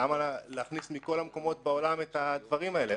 למה להכניס בכל המקומות בעולם את הדברים האלה?